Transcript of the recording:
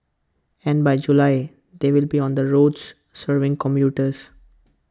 and by July they will be on the roads serving commuters